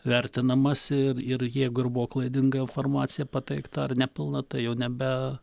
vertinamas ir ir jeigu ir buvo klaidinga informacija pateikta ar nepilna tai jau nebe